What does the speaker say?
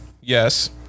Yes